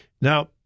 Now